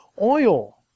oil